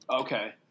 Okay